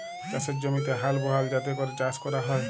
চাষের জমিতে হাল বহাল যাতে ক্যরে চাষ ক্যরা হ্যয়